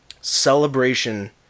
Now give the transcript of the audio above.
Celebration